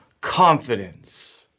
confidence